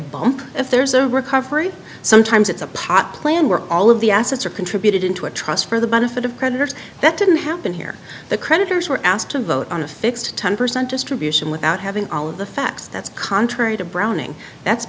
bonus if there's a recovery sometimes it's a pot plan where all of the assets are contributed into a trust for the benefit of creditors that didn't happen here the creditors were asked to vote on a fixed ten percent distribution without having all of the facts that's contrary to browning that's